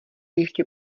ještě